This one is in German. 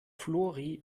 flori